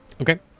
Okay